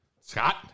Scott